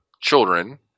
children